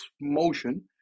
motion